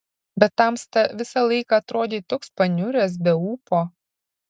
bet tamsta visą laiką atrodei toks paniuręs be ūpo